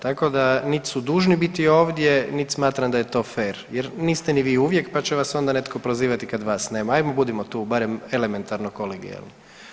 Tako da niti su dužni biti ovdje, niti smatram da je to fer jer niste ni vi uvijek pa će vas onda netko prozivati kad vas nema, ajmo budimo tu barem elementarno kolegijalni.